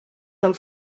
del